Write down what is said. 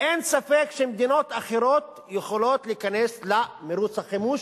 אין ספק שמדינות אחרות יכולות להיכנס למירוץ החימוש,